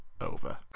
over